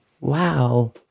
Wow